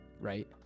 right